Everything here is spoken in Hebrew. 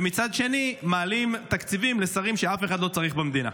ומצד שני מעלים תקציבים לשרים שאף אחד לא צריך במדינה?